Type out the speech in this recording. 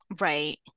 Right